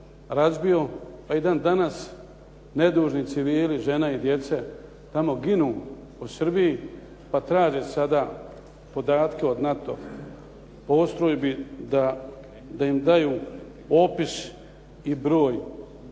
razbio, a i dan danas nedužni civili, žene i djeca tamo ginu u Srbiji pa traže sada podatke od NATO postrojbi da im daju opis i broj